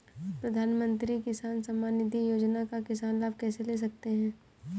प्रधानमंत्री किसान सम्मान निधि योजना का किसान लाभ कैसे ले सकते हैं?